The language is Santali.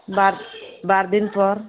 ᱵᱟᱨ ᱫᱤᱱ ᱯᱚᱨ